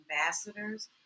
ambassadors